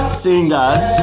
singers